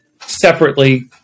separately